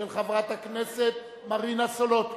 של חברת הכנסת מרינה סולודקין,